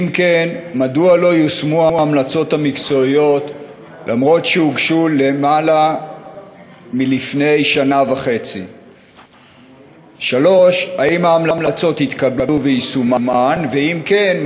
2. אם כן,